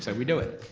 so we do it.